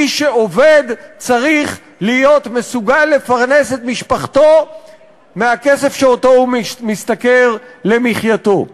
מי שעובד צריך להיות מסוגל לפרנס את משפחתו מהכסף שהוא משתכר למחייתו.